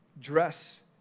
dress